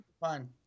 fine